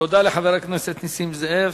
תודה לחבר הכנסת נסים זאב.